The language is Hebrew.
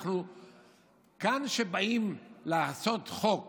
כאן, כשבאים לעשות חוק